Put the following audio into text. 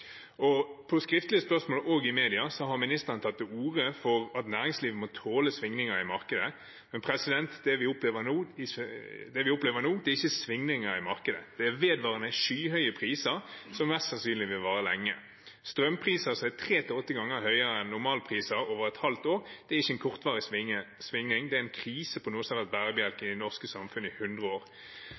på skriftlig spørsmål og i media har ministeren tatt til orde for at næringslivet må tåle svingninger i markedet. Men det vi opplever nå, er ikke svingninger i markedet. Det er vedvarende skyhøye priser som mest sannsynlig vil vare lenge. Strømpriser som er tre til åtte ganger høyere enn normalpriser over et halvt år, er ikke en kortvarig svingning, det er en krise for noe som har vært bærebjelken i det norske samfunnet i 100 år.